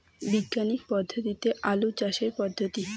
বিজ্ঞানিক পদ্ধতিতে আলু চাষের পদ্ধতি?